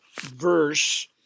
verse